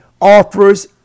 offers